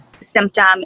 symptom